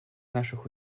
наших